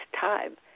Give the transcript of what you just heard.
time